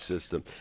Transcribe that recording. system